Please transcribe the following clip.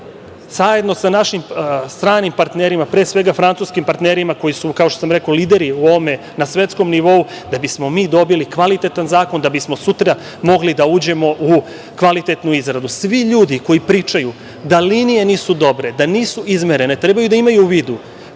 zajedno sa našim stranim partnerima, pre svega francuskim partnerima, koji su, kao što sam rekao, lideri u ovome na svetskom nivou, da bismo mi dobili kvalitetan zakon, da bismo sutra mogli da uđemo u kvalitetnu izradu. Svi ljudi koji pričaju da linije nisu dobre, da nisu izmerene, treba da imaju u vidu